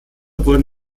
wurden